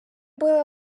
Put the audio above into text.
були